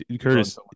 Curtis